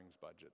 budget